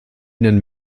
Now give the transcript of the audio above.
nennen